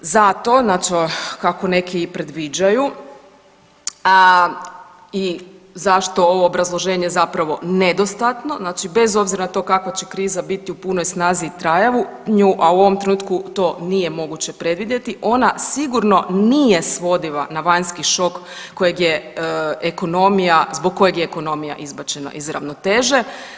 Zato znači kako neki i predviđaju i zašto ovo obrazloženje zapravo nedostatno, znači bez obzira na to kakva će kriza biti u punoj snazi i trajanju a u ovom trenutku nije moguće predvidjeti ona sigurno nije svodiva na vanjski šok kojeg je ekonomija, zbog kojeg je ekonomija izbačena iz ravnoteže.